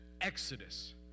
exodus